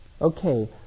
Okay